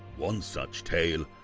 one such tale,